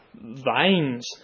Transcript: Vines